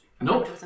Nope